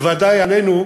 ובוודאי עלינו,